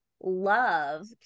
love